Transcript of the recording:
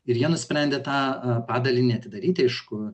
ir jie nusprendė tą a padalinį atidaryti aišku